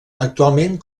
actualment